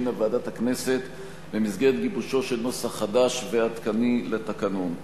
שהכינה ועדת הכנסת במסגרת גיבושו של נוסח חדש ועדכני לתקנון.